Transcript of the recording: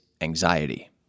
anxiety